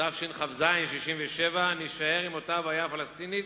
תשכ"ז 1967, נישאר עם אותה בעיה פלסטינית,